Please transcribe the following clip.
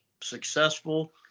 successful